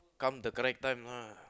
come the correct time lah